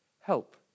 Help